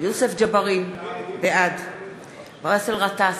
יוסף ג'בארין, בעד באסל גטאס,